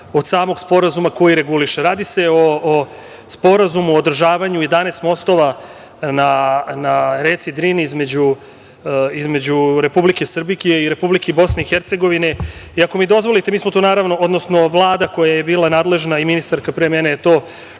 od samog Sporazuma koji reguliše. Radi se o Sporazumu o održavanju 11 mostova na reci Drini između Republike Srbije i Republike BiH.Ako mi dozvolite, mi smo tu naravno, odnosno Vlada koja je bila nadležna i ministarka pre mene je to